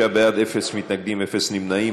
36 בעד, אין מתנגדים, אין נמנעים.